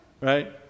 right